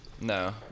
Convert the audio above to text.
No